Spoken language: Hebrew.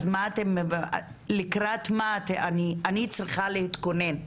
לקראת מה אני צריכה להתכונן,